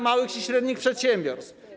małych i średnich przedsiębiorstw.